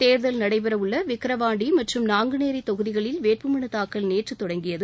தோதல் நடைபெறவுள்ள விக்ரவாண்டி மற்றும் நாங்குநேரி தொகுதிகளில் வேட்புமலு தாக்கல் நேற்று தொடங்கியது